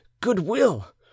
Goodwill